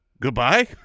Goodbye